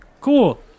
Cool